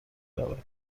رود